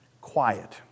quiet